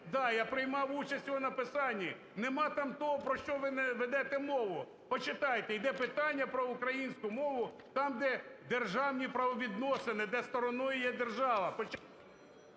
Да, я приймав участь у його написанні. Немає там того, про що ви ведете мову! Почитайте! Йде питання про українську мову там, де державні правовідносини, де стороною є держава.